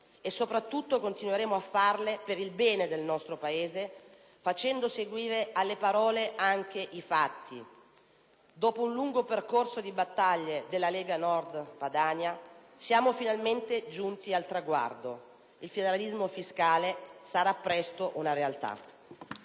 Soprattutto continueremo a farle per il bene del nostro Paese, facendo seguire alle parole anche i fatti. Dopo un lungo percorso di battaglie della Lega Nord Padania siamo finalmente giunti al traguardo: il federalismo fiscale sarà presto una realtà.